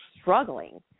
struggling